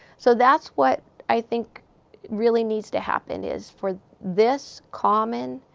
so, that's what i think really needs to happen is, for this common